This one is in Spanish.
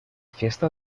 fiesta